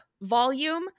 volume